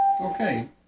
Okay